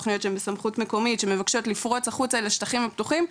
תכניות שבסמכות מקומית שמבקשות לפרוץ החוצה לשטחים הפתוחים,